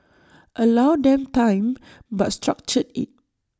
allow them time but structure IT